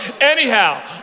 anyhow